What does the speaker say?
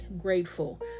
grateful